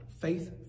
faith